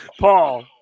Paul